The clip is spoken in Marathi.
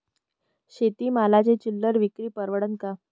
शेती मालाची चिल्लर विक्री परवडन का?